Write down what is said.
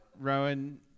Rowan